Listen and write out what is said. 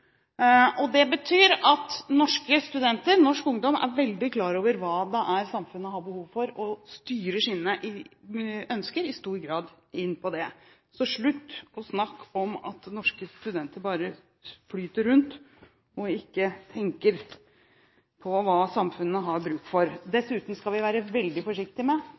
fjor. Det betyr at norske studenter, norsk ungdom, er veldig klar over hva samfunnet har behov for, og styrer sine ønsker i stor grad inn mot det. Slutt derfor og snakk om at norske studenter bare flyter rundt og ikke tenker på hva samfunnet har bruk for. Dessuten skal vi være veldig forsiktige med